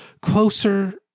closer